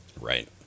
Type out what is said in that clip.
Right